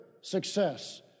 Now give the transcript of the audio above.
success